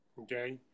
Okay